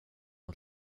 och